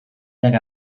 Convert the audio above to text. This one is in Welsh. nag